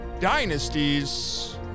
Dynasties